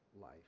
life